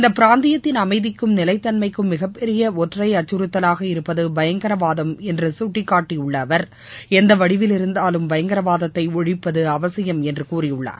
இந்த பிராந்தியத்தின் அமைதிக்கும் நிலைத்தன்மைக்கும் மிகப் பெரிய ஒற்றை அச்சுறுத்தலாக இருப்பது பயங்கரவாதம் என்று கட்டிகாட்டியுள்ள அவர் எந்த வடிவில் இருந்தாலும் பயங்கரவாதத்தை ஒழிப்பது அவசியம் என்று கூறியுள்ளார்